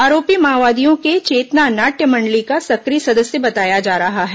आरोपी माओवादियों के चेतना नाट्य मंडली का सक्रिय सदस्य बताया जा रहा है